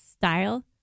style